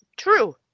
True